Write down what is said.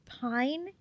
Pine